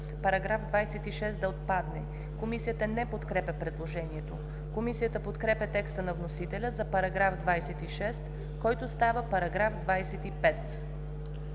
§ 27 да отпадне. Комисията не подкрепя предложението. Комисията подкрепя текста на вносителя за § 27, който става § 26.